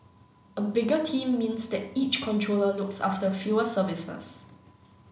a bigger team means that each controller looks after fewer services